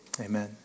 Amen